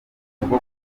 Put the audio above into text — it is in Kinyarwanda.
akunda